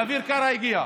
ואביר קארה הגיע.